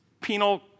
penal